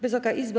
Wysoka Izbo!